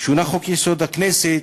שונה חוק-יסוד: הכנסת,